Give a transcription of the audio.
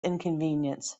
inconvenience